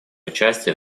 участие